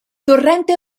torrente